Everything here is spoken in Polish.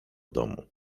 domu